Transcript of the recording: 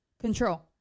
control